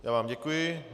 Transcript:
Já vám děkuji.